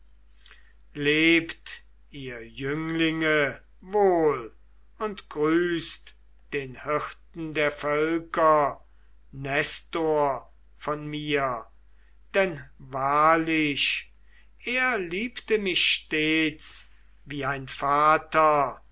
lebt ihr jünglinge wohl und grüßt den hirten der völker nestor von mir denn wahrlich er liebte mich stets wie ein vater